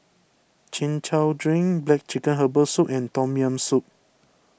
Chin Chow Drink Black Chicken Herbal Soup and Tom Yam Soup